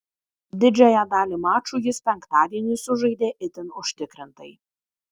didžiąją dalį mačų jis penktadienį sužaidė itin užtikrintai